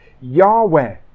Yahweh